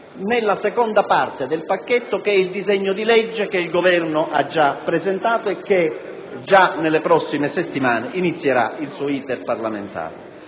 nella seconda parte dell'esame del pacchetto costituito dal disegno di legge che il Governo ha già presentato e che nelle prossime settimane inizierà il suo *iter* parlamentare.